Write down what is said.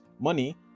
money